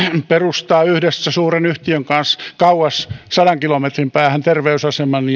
perustaa yhdessä suuren yhtiön kanssa kauas sadan kilometrin päähän terveysaseman